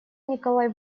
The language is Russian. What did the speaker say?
николай